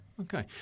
Okay